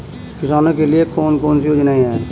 किसानों के लिए कौन कौन सी योजनाएं हैं?